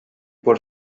por